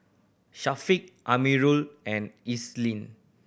Syafiqah Amirul and Islin